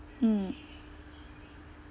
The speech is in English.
mm